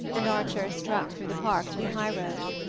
and archer struck through the park to the high-road.